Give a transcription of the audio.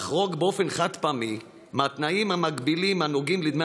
לחרוג באופן חד-פעמי מהתנאים המגבילים הנוגעים לדמי